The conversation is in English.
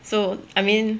so I mean